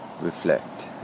reflect